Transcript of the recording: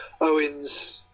Owens